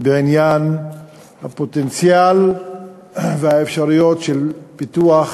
בעניין הפוטנציאל והאפשרויות של פיתוח